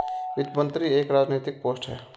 वित्त मंत्री एक राजनैतिक पोस्ट है